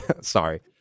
Sorry